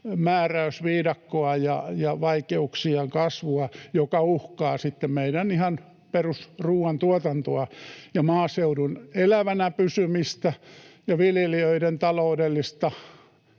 määräysviidakkoa ja vaikeuksien kasvua, jotka uhkaavat ihan meidän perusruoantuotantoa ja maaseudun elävänä pysymistä ja viljelijöiden taloudellista